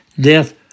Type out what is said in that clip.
death